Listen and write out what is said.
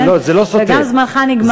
וגם זמנך נגמר.